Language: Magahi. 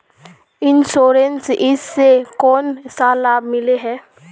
इंश्योरेंस इस से कोन सा लाभ मिले है?